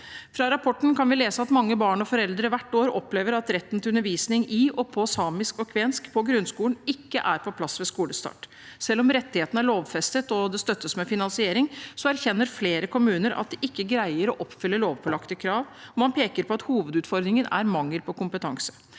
I rapporten kan vi lese at mange barn og foreldre hvert år opplever at retten til undervisning i og på samisk og kvensk i grunnskolen ikke er på plass ved skolestart. Selv om rettighetene er lovfestet, og de støttes med finansiering, erkjenner flere kommuner at de ikke greier å oppfylle lovpålagte krav, og man peker på at hovedutfordringen er mangel på kompetanse.